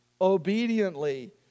obediently